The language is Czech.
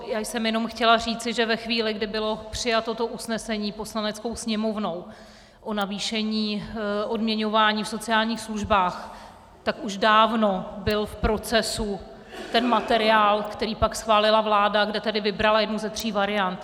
Já jsem jenom chtěla říci, že ve chvíli, kdy bylo přijato to usnesení Poslaneckou sněmovnou o navýšení odměňování v sociálních službách, tak už dávno byl v procesu materiál, který pak schválila vláda, kde tedy vybrala jednu ze tří variant.